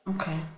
Okay